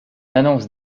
annonce